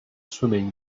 swimming